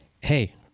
hey